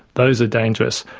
those are dangerous,